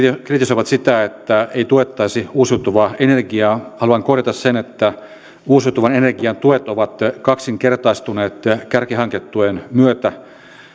kritisoivat sitä että ei tuettaisi uusiutuvaa energiaa haluan korjata sen että uusiutuvan energian tuet ovat kaksinkertaistuneet kärkihanketuen myötä